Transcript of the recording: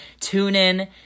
TuneIn